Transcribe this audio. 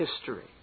history